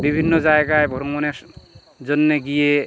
বিভিন্ন জায়াগায় ভ্রমণের জন্যে গিয়ে